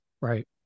Right